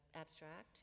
abstract